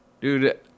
Dude